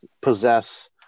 possess